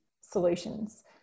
solutions